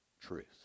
truth